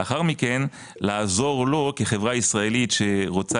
לאחר מכן לעזור לו כחברה ישראלית שרוצה